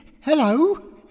Hello